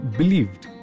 believed